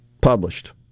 published